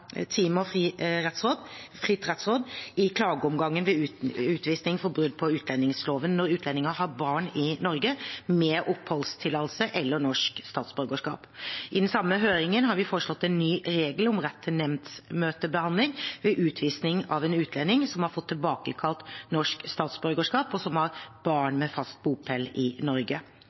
rettsråd i klageomgangen ved utvisning for brudd på utlendingsloven, når utlendinger har barn i Norge med oppholdstillatelse eller norsk statsborgerskap. I den samme høringen har vi foreslått en ny regel om rett til nemndsmøtebehandling ved utvisning av en utlending som har fått tilbakekalt norsk statsborgerskap, og som har barn med fast bopel i Norge.